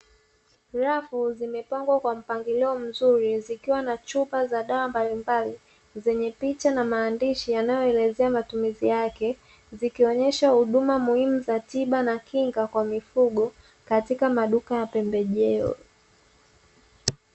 Rafu imepangwa kwa mpangilio mzuri zikiwa na chupa za dawa mbalimbali zenye picha na maandishi yanayoelezea matumizi yake, ikionyesha huduma muhimu na tiba kwa mifugo katika maduka ya pembejeo.